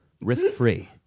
risk-free